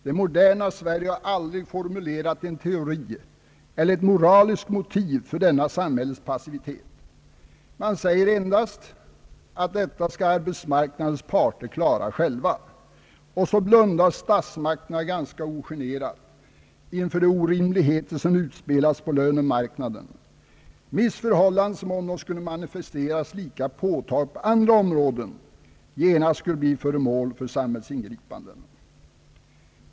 Det moderna Sverige har aldrig formulerat en teori eller ett moraliskt motiv för denna samhällets passivitet. Man säger endast att detta skall arbetsmarknadens parter klara själva. Och så blundar statsmakterna ganska ogenerat inför de orimligheter som utspelas på lönemarknaden. Detta är missförhållanden som om de skulle manifesteras lika påtagligt på andra områden genast skulle bli föremål för samhällsingripanden.